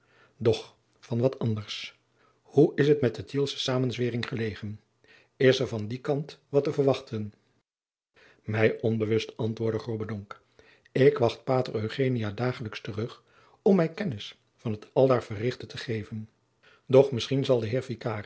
doch van wat anders hoe is het met de tielsche samenzweering gelegen is er van dien kant wat te verwachten jacob van lennep de pleegzoon mij onbewust antwoordde grobbendonck ik wacht pater eugenio dagelijks terug om mij kennis van het aldaar verrichtte te geven doch misschien zal de